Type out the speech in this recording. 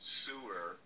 sewer